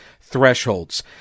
thresholds